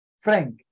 Frank